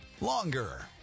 longer